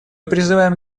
призываем